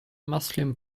muslim